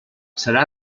serà